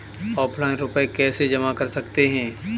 Offline रुपये कैसे जमा कर सकते हैं?